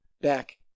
back